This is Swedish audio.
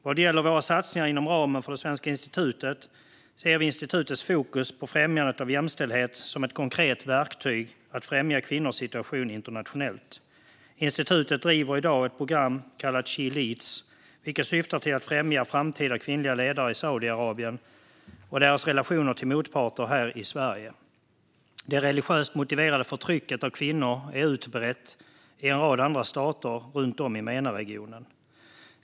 Vad gäller våra satsningar inom ramen för Svenska institutet ser vi institutets fokus på främjandet av jämställdhet som ett konkret verktyg för att främja kvinnors situation internationellt. Institutet driver i dag ett program kallat She Leads, vilket syftar till att främja framtida kvinnliga ledare i Saudiarabien och deras relationer till motparter här i Sverige. Det religiöst motiverade förtrycket av kvinnor är utbrett i en rad andra stater runt om i MENA-regionen.